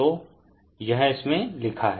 तो यह इसमे लिखा हैं